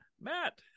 Matt